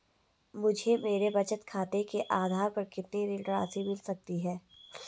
मुझे मेरे बचत खाते के आधार पर कितनी ऋण राशि मिल सकती है?